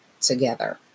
together